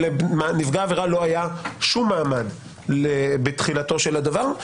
ולנפגע העבירה לא היה שום מעמד בתחילתו של הדבר,